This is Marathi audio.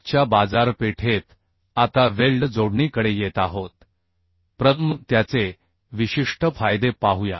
आजच्या बाजारपेठेत आता वेल्ड जोडणीकडे येत आहोत प्रथम त्याचे विशिष्ट फायदे पाहूया